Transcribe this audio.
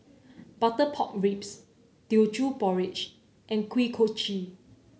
Butter Pork Ribs Teochew Porridge and Kuih Kochi